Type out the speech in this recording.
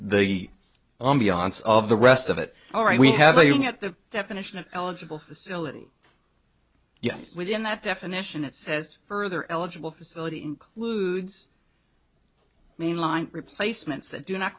all of the rest of it all right we have a look at the definition of eligible facility yes within that definition it says further eligible facility includes mainline replacements that do not